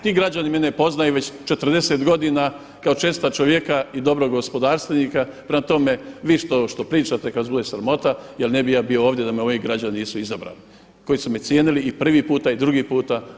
Ti građani mene poznaju već 40 godina kao čestita čovjeka i dobrog gospodarstvenika, prema tome vi što pričate neka vas bude sramota jer ne bih ja bio ovdje da me moji građani nisu izabrali, koji su me cijenili i prvi puta i drugi puta.